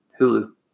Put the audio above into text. Hulu